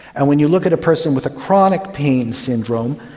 and when you look at a person with a chronic pain syndrome,